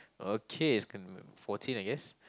okay it's gonna be fourteen I guess